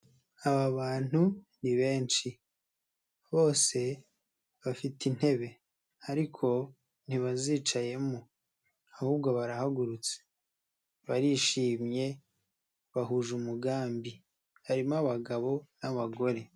Aba bantu ni benshi bose bafite intebe ariko ntibazicayemo ahubwo barahagurutse, barishimye bahuje umugambi, harimo abagabo n'abagore.